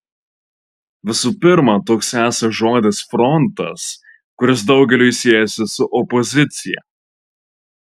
visų pirma toks esąs žodis frontas kuris daugeliui siejasi su opozicija